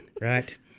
right